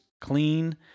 clean